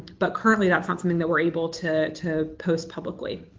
but currently that's not something that we're able to to post publicly.